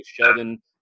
Sheldon